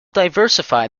diversified